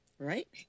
Right